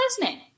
listening